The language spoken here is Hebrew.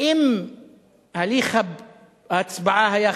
אם הליך ההצבעה היה חשאי,